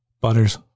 Butters